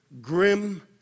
grim